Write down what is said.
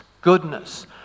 goodness